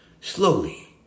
Slowly